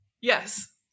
Yes